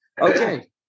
Okay